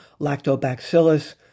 lactobacillus